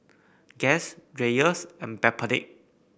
Guess Dreyers and Backpedic